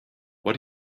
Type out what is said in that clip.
what